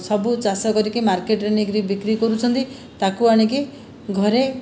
ସବୁ ଚାଷ କରିକି ମାର୍କେଟରେ ନେଇକରି ବିକ୍ରି କରୁଛନ୍ତି ତାକୁ ଆଣିକି ଘରେ